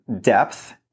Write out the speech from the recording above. depth